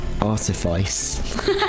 artifice